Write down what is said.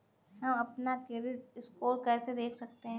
हम अपना credit score कैसे देख सकते हैं?